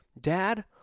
dad